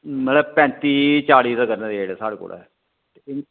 मतलब पैंत्ती चाली तक्कर दे रेट साढ़े कोल ऐ